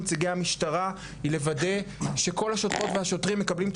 הוא שכל השוטרים והשוטרות מקבלים את